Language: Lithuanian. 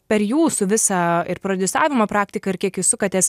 per jūsų visą ir prodiusavimo praktiką ir kiek jūs sukatės